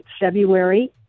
February